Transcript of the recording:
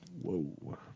Whoa